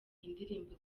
indirimbo